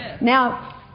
Now